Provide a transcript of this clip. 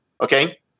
Okay